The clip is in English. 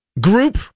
group